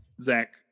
Zach